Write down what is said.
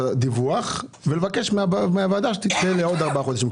הדיווח ולבקש מהוועדה שתצא לעוד ארבעה חודשים.